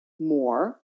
more